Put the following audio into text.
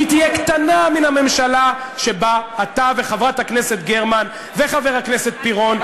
תהיה קטנה מהממשלה שבה אתה וחברת הכנסת גרמן וחבר הכנסת פירון,